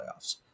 playoffs